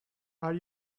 are